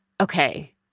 okay